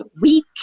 weak